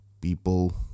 people